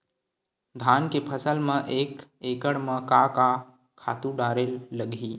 धान के फसल म एक एकड़ म का का खातु डारेल लगही?